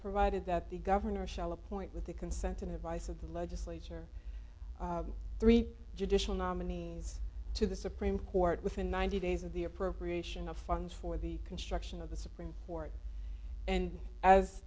provided that the governor shall appoint with the consent and advice of the legislature three judicial nominees to the supreme court within ninety days of the appropriation of funds for the construction of the supreme court and as